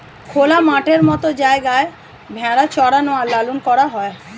খোলা মাঠের মত জায়গায় ভেড়া চরানো আর লালন করা হয়